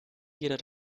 jeder